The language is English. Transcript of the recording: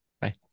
Bye